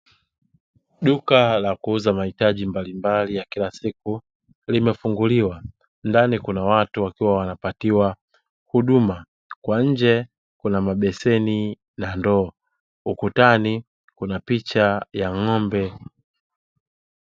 Duka la kuuza mahitaji mbalimbali ya kila siku limefunguliwa, ndani kuna watu wakiwa wanapatiwa huduma; kwa nje kuna mabeseni na ndoo, ukutani kuna picha ya ng'ombe.